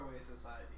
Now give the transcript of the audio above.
society